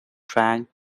drank